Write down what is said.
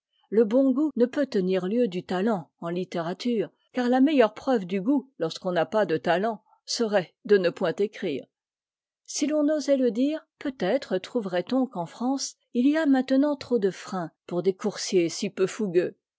le bon goût ne peut tenir lieu du tatent'en littérature car ta meilleure preuve de goût lorsqu'on n'a pas de talent serait de ne point écrire si l'on osait le dire peut-être trouverait-on qu'en france il y a maintenant trop de freins pour des coursiers si peu fougueux